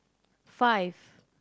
five